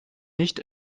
nicht